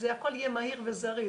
שהכול יהיה מהיר וזריז,